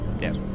yes